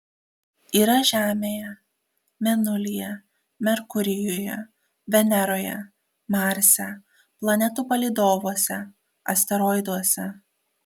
yra žemėje mėnulyje merkurijuje veneroje marse planetų palydovuose asteroiduose